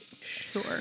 sure